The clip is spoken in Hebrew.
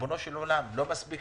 ריבונו של עולם, לא מספיק